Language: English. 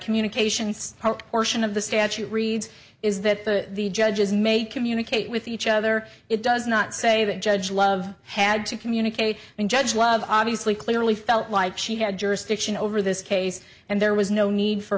communications portion of the statute reads is that the judges may they communicate with each other it does not say that judge love had to communicate and judge love obviously clearly felt like she had jurisdiction over this case and there was no need for